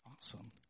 Awesome